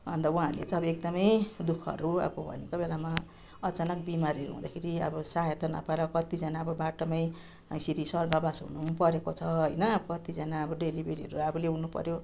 अन्त उहाँहरूले चाहिँ अब एकदमै दुःखहरू अब भनेको बेलामा अचानक बिमारीहरू हुँदाखेरि अब सहायता नपाएर कत्तिजना अब बाटोमै यसरी स्वर्गवास हुनुपरेको छ होइन कत्तिजना अब डेलिभेरीहरू अब ल्याउनुपऱ्यो